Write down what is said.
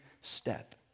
step